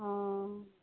অ